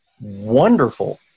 wonderful